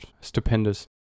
stupendous